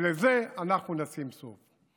ולזה אנחנו נשים סוף.